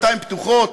דלתיים פתוחות,